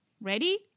ready